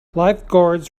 lifeguards